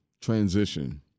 transition